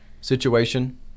situation